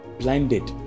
blinded